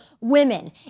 women